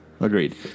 Agreed